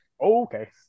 Okay